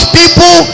people